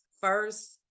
first